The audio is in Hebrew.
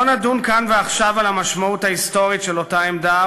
לא נדון כאן ועכשיו על המשמעות ההיסטורית של אותה עמדה,